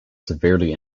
severely